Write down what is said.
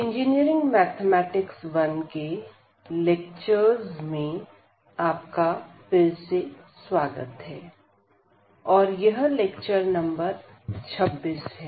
engineering mathematics 1 Engineering Mathematics - I के lectures में आपका फिर से स्वागत है और यह लेक्चर नंबर 26 है